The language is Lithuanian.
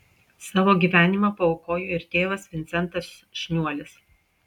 savo gyvenimą paaukojo ir tėvas vincentas šniuolis